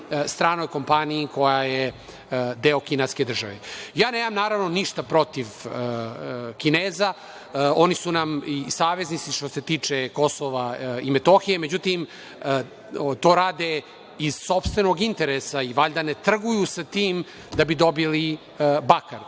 stranoj kompaniji koja je deo kineske države. Ja nemam, naravno ništa protiv Kineza, oni su nam i saveznici, što se tiče KiM, međutim to rade iz sopstvenog interesa i valjda ne trguju sa tim da bi dobili bakar.